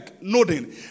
nodding